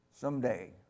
someday